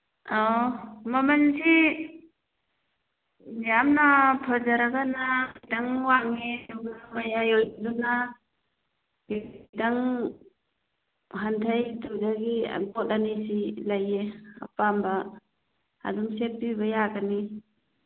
ꯑꯣ ꯃꯃꯜꯁꯤ ꯌꯥꯝꯅ ꯐꯖꯔꯒꯅ ꯈꯤꯇꯪ ꯋꯥꯡꯉꯦ ꯑꯗꯨꯒ ꯃꯌꯥꯏ ꯑꯣꯏꯕꯗꯨꯅ ꯈꯤꯇꯪ ꯍꯟꯊꯩ ꯑꯗꯨꯗꯒꯤ ꯄꯣꯠ ꯑꯅꯤꯁꯤ ꯂꯩꯌꯦ ꯑꯄꯥꯝꯕ ꯑꯗꯨꯝ ꯁꯦꯠꯄꯤꯕ ꯌꯥꯒꯅꯤ